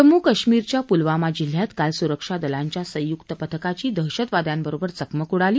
जम्मू कश्मीरच्या पुलवामा जिल्ह्यात काल सुरक्षा दलांच्या संयुक्त पथकाची दहशतवाद्यांबरोबर चकमक उडाली